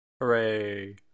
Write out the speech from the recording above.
Hooray